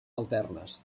alternes